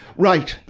right.